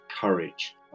courage